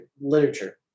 literature